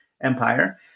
empire